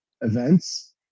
events